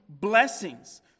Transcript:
blessings